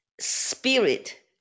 spirit